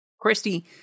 Christy